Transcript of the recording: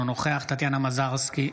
אינו נוכח טטיאנה מזרסקי,